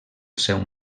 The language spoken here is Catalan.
seu